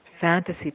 fantasy